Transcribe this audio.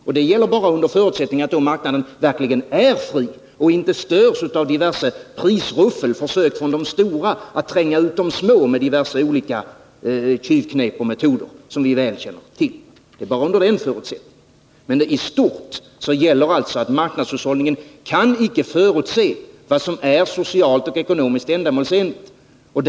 Och det gäller bara under förutsättning att marknaden verkligen är fri och inte störs av diverse prisruffel och försök från de stora att tränga ut de små med olika tjuvknep och metoder som vi väl känner till. I stort gäller alltså att marknadshushållningen icke kan förutse vad som är socialt och ekonomiskt ändamålsenligt.